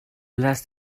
last